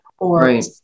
right